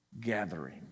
gathering